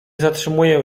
zatrzymuje